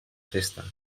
festa